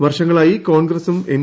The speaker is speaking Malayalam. വർഷങ്ങളായി കോൺഗ്രസും എൻ